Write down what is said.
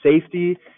safety